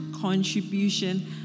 contribution